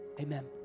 Amen